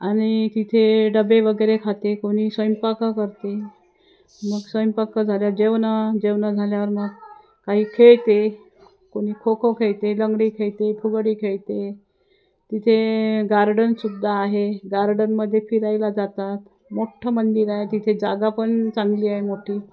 आणि तिथे डबे वगैरे खाते कोणी स्वयंपाक करते मग स्वयंपाक झाल्या जेवण जेवण झाल्यावर मग काही खेळते कोणी खो खो खेळते लंगडी खेळते फुगडी खेळते तिथे गार्डन सुद्धा आहे गार्डनमध्ये फिरायला जातात मोठ्ठं मंदिर आहे तिथे जागा पण चांगली आहे मोठी